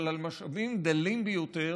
אבל על משאבים דלים ביותר.